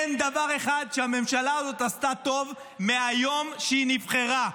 אין דבר אחד שהממשלה הזאת עשתה טוב מהיום שהיא נבחרה.